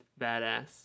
badass